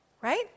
Right